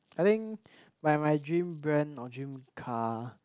I think my my dream brand or dream car